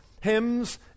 hymns